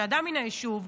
שאדם מן היישוב,